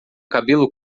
cabelo